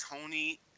Tony